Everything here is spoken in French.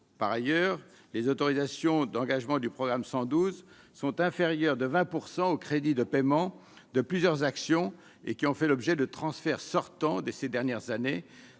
par ailleurs les autorisations d'engagement du programme 112 sont inférieurs de 20 pourcent au crédit de paiement de plusieurs actions et qui ont fait l'objet de transfert sortant de ces dernières années,